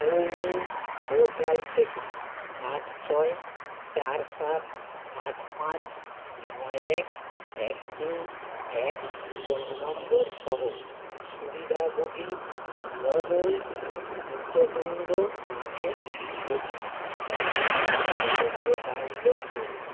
CoWIN portal থেকে আট ছয় চার সাত আট পাঁচ নয় এক এক তিন এক ফোন নম্বর সহ সুবিধাভোগী মহুল পুততুন্ড নামের কোভিড টিকা শংসাপত্র ডাউনলোড করুন